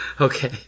Okay